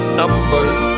numbered